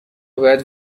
باید